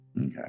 Okay